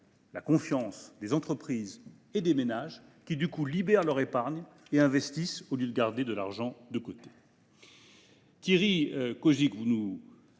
la confiance des entreprises et des ménages, qui, dès lors, libèrent leur épargne et investissent au lieu de garder de l’argent de côté. Monsieur Cozic, vous nous